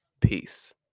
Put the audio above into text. peace